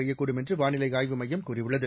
பெய்யக்கூடும் என்று வானிலை ஆய்வு மையம் கூறியுள்ளது